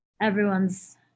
everyone's